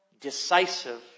decisive